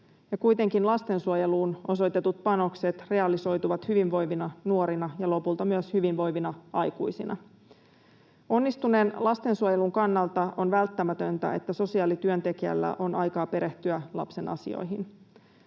kuitenkin lastensuojeluun osoitetut panokset realisoituvat hyvinvoivina nuorina ja lopulta myös hyvinvoivina aikuisina. Onnistuneen lastensuojelun kannalta on välttämätöntä, että sosiaalityöntekijällä on aikaa perehtyä lapsen asioihin.